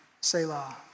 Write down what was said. Selah